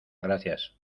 gracias